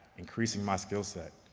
increasing my skill set,